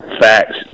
Facts